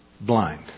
blind